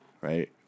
right